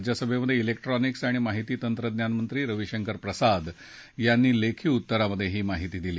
राज्यसभेत ज़ैक्ट्रॉनिक्स आणि माहिती तंत्रज्ञान मंत्री रवीशंकर प्रसाद यांनी लेखी उत्तरात ही माहिती दिली